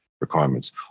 requirements